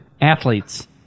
athletes